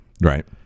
right